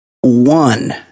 One